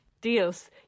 deals